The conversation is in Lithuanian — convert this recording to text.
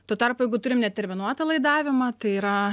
tuo tarpu jeigu turim neterminuotą laidavimą tai yra